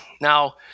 Now